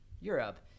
Europe